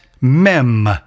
mem